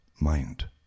mind